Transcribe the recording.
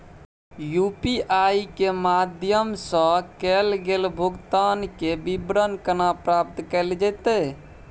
UPI के माध्यम सं कैल गेल भुगतान, के विवरण केना प्राप्त कैल जेतै?